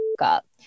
up